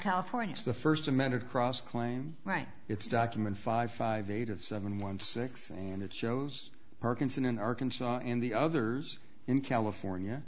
california the first amended cross claim right it's document five five eight of seven one six and it shows parkinson in arkansas and the others in california